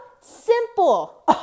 simple